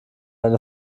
eine